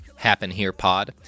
HappenHerePod